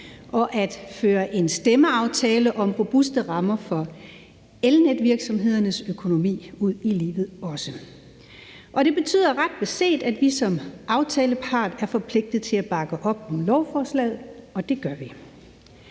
også at føre en stemmeaftale om »Robuste rammer for elnetsvirksomhedernes økonomi« ud i livet. Det betyder jo ret beset, at vi som aftalepart er forpligtet til at bakke op om lovforslaget, og det gør vi.